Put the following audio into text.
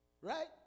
right